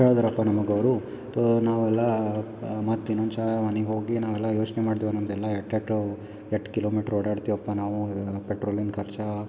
ಹೇಳಿದ್ರಪ್ಪ ನಮಗೆ ಅವರು ನಾವು ಎಲ್ಲ ಮತ್ತು ಇನೊಂದ್ಸಲ ಮನೆಗ್ ಹೋಗಿ ನಾವೆಲ್ಲ ಯೋಚನೆ ಮಾಡ್ದೇವು ನಮ್ದು ಎಲ್ಲ ಎಟ್ಟೆಟ್ಟೊ ಎಷ್ಟ್ ಕಿಲೋಮೀಟ್ರ್ ಓಡಾಡ್ತಿವಪ್ಪ ನಾವು ಪೆಟ್ರೋಲಿನ ಖರ್ಚಾ